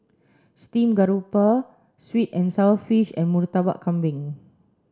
stream grouper sweet and sour fish and Murtabak Kambing